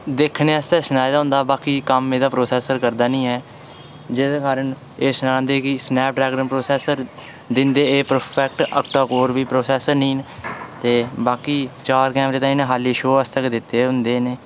दिक्खने आस्तै सनाए दा होंदा बाकी कम्म एह्दा प्रोसेसर कम्म करदा निं ऐ जेह्दे कारण एह् सनांदे की स्नैपड्रैगन प्रोसेसर दिंदे एह् परफैक्ट अपना होर बी प्रोसेसर नेईं ते बाकी चार कैमरे ते इ'नें छड़े शो आस्तै गै दित्ते दे होंदे न